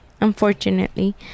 unfortunately